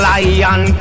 Lion